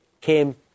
came